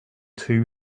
two